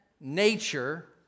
nature